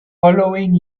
following